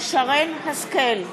שרן השכל,